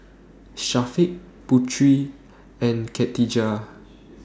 Syafiq Putri and Katijah